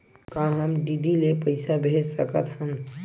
का हम डी.डी ले पईसा भेज सकत हन?